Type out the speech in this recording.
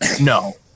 no